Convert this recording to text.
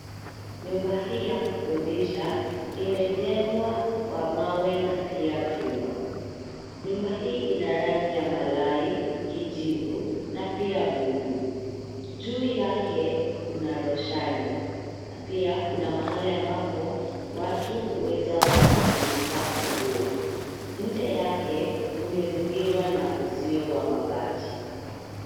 Nyumba hii ya kukodisha, imejengwa kwa mawe na pia vyuma. Nyumba hii ina rangi ya malai, kijivu, na pia bluu. Juu yake kuna roshani, na pia kuna mahali ambapo watu huweza wakaanika nguo. Nje yake kumezingirwa na uzio wa mabati.